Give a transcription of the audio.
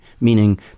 meaning